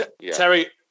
Terry